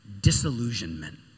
Disillusionment